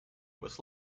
was